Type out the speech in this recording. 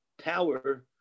power